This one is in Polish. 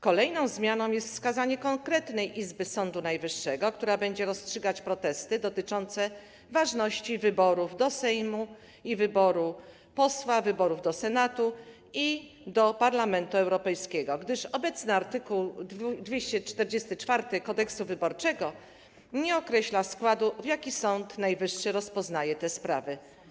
Kolejną zmianą jest wskazanie konkretnej izby Sądu Najwyższego, która będzie rozstrzygać protesty dotyczące ważności wyborów do Sejmu, wyboru posła i wyborów do Senatu i do Parlamentu Europejskiego, gdyż obecny art. 244 Kodeksu wyborczego nie określa składu, w jakim Sąd Najwyższy rozpoznaje te sprawy.